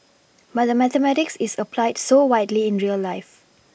but mathematics is applied so widely in real life